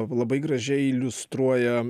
labai gražiai iliustruoja